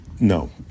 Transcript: no